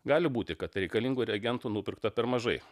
gali būti kad reikalingų reagentų nupirkta per mažai